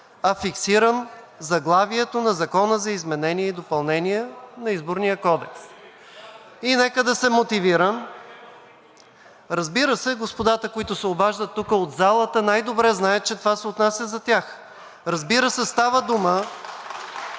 а фиксирам заглавието на Закона за изменение и допълнение на Изборния кодекс. И нека да се мотивирам. (Шум и реплики.) Разбира се, господата, които се обаждат тук от залата, най-добре знаят, че това се отнася за тях. (Ръкопляскания